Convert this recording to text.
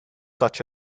such